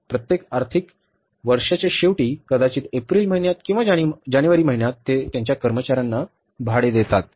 प्रत्येक आर्थिक वर्षाच्या शेवटी कदाचित एप्रिल महिन्यात किंवा जानेवारी महिन्यात ते त्यांच्या कर्मचार्यांना भाडे देतात